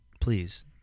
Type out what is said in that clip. please